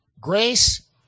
Grace